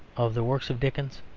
of the work of dickens,